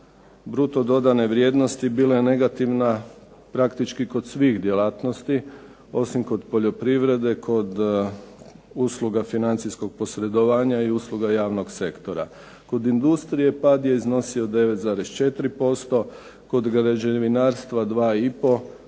bruto dodane vrijednosti bila je negativna praktički kod svih djelatnosti osim kod poljoprivrede, kod usluga financijskog posredovanja i usluga javnog sektora. Kod industrije pad je iznosio 9,4%, kod građevinarstva 2,5%